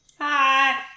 Hi